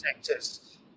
sectors